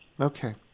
Okay